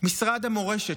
משרד המורשת,